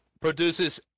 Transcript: produces